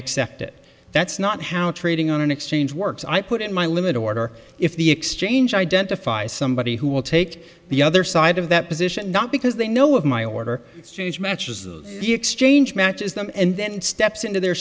accept it that's not how trading on an exchange works i put in my limit order if the exchange identify somebody who will take the other side of that position not because they know of my order strange matches the exchange matches them and then steps into their